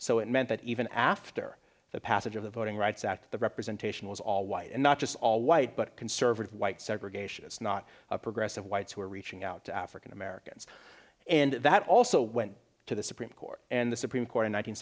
so it meant that even after the passage of the voting rights act the representation was all white and not just all white but conservative white segregationists not a progressive whites who are reaching out to african americans and that also went to the supreme court and the supreme court in